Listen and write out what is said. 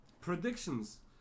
Predictions